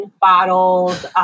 bottles